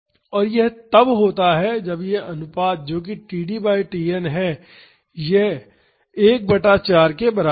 और यह तब होता है जब यह अनुपात जो कि td बाई Tn है यह 1 बटा 4 के बराबर है